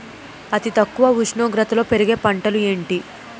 అతి తక్కువ ఉష్ణోగ్రతలో పెరిగే పంటలు ఏంటి?